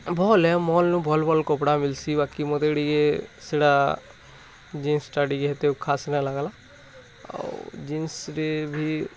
ଭଲେ ମଲ୍ରୁ ଭଲ ଭଲ କପଡ଼ା ମିଲ୍ସି ବାକି ମୋତେ ଟିକେ ସେଇଟା ଜିନ୍ସଟା ଟିକେ ଏତେ ଖାସ୍ ନା ଲାଗ୍ଲା ଆଉ ଜିନ୍ସରେ ବି